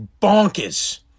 bonkers